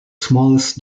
smallest